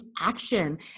action